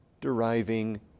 deriving